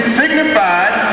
signified